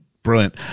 Brilliant